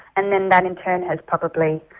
and then that in turn has probably,